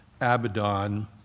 Abaddon